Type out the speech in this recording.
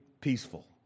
peaceful